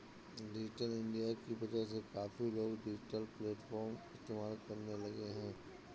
digital India की वजह से काफी लोग डिजिटल प्लेटफ़ॉर्म इस्तेमाल करने लगे हैं